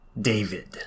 David